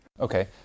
Okay